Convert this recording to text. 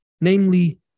namely